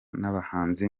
n’abahanzi